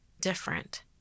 different